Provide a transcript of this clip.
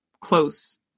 close